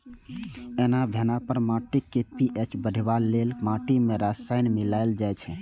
एना भेला पर माटिक पी.एच बढ़ेबा लेल माटि मे रसायन मिलाएल जाइ छै